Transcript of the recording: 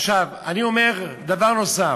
עכשיו אני אומר דבר נוסף: